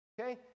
Okay